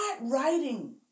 writing